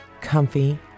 comfy